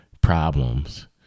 problems